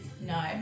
No